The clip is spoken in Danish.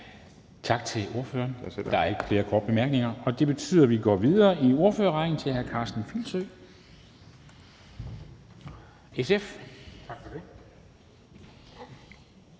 Tak til ordføreren. Der er ikke flere korte bemærkninger, og det betyder, at vi går videre i ordførerrækken til hr. Karsten Filsø, SF. Kl.